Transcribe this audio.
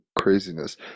Craziness